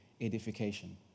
edification